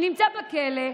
שנמצא בכלא,